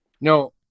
No